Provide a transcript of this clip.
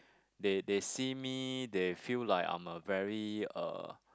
they they see me they feel like I'm a very uh